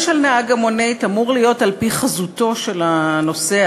של נהג המונית אמור להיות על-פי חזותו של הנוסע,